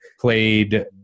played